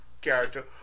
character